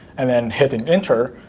and then hitting enter,